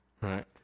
Right